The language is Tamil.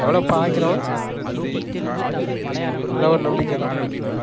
டெவலப் ஆக்கிடுவோம் ஆ எல்லாம் ஒரு நம்பிக்கை தான்